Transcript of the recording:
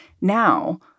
now